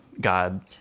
God